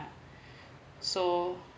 so